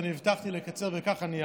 אני הבטחתי לקצר וכך אעשה.